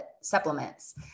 supplements